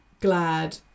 glad